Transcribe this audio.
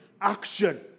action